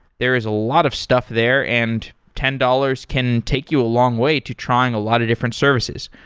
there is a lot of stuff there, and ten dollars can take you a long way to trying a lot of different services.